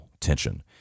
Tension